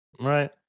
right